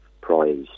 Prize